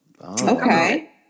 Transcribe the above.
okay